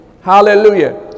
hallelujah